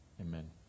Amen